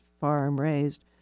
farm-raised